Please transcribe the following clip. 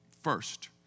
first